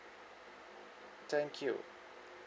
thank you